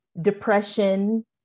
Depression